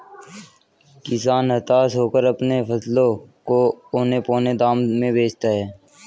किसान हताश होकर अपने फसलों को औने पोने दाम में बेचता है